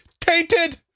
tainted